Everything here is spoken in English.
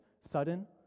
sudden